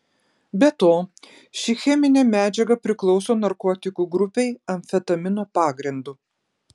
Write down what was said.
be to ši cheminė medžiaga priklauso narkotikų grupei amfetamino pagrindu